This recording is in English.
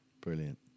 brilliant